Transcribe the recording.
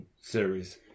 series